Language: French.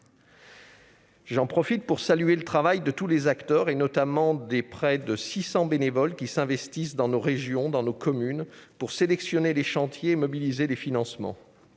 J'en profite pour saluer le travail de tous les acteurs, notamment des quelque 600 bénévoles, qui s'investissent dans nos régions, dans nos communes, pour sélectionner les chantiers et mobiliser les financements.